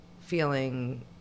feeling